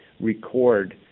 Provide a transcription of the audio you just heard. record